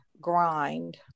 grind